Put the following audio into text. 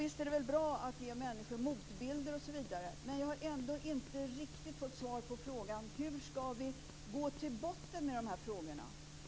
Visst är det bra att ge människor motbilder osv., men jag har ändå inte riktigt fått svar på frågan hur vi skall kunna gå till botten med detta.